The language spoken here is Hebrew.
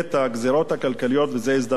וזו הזדמנות ששר האוצר כאן.